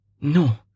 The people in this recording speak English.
No